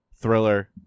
Thriller